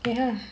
ya